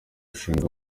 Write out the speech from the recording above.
mushinga